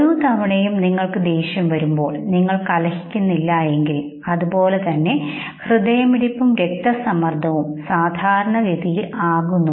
ഓരോ തവണയും നിങ്ങൾക്ക് ദേഷ്യം വരുമ്പോൾ നിങ്ങൾ കലഹിക്കുന്നില്ല എങ്കിൽ അതുപോലെ തന്നെ ഹൃദയമിടിപ്പും രക്തസമ്മർദ്ദവും സാധാരണ ഗതിയിൽ ആകുന്നു